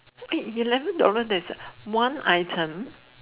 eleven dollar there's a one item